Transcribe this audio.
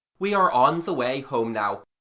we are on the way home now,